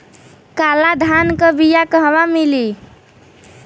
काला धान क बिया कहवा मिली?